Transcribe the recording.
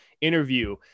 interview